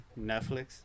Netflix